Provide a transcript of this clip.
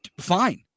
Fine